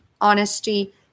honesty